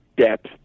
depth